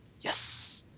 yes